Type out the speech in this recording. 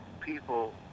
people